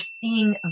seeing